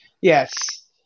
yes